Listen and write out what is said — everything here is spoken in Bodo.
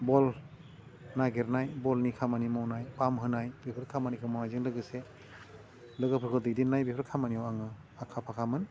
बल नागिरनाय बलनि खामानि मावनाय फाहाम होनाय बेफोर खामानिखौ मावनायजों लोगोसे लोगोफोरखौ दैदेननाय बेफोर खामानियाव आङो आखा फाखामोन